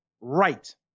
right